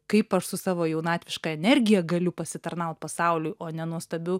kaip aš su savo jaunatviška energija galiu pasitarnaut pasauliui o ne nuostabiu